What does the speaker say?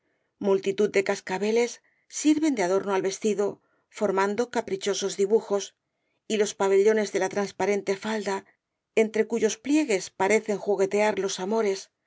multitud de cascabeles sirven de adorno al vestido formando caprichosos dibujos y los pabellones de la transparente falda entre cuyos pliegues parecen juguetear los amores